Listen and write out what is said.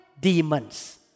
demons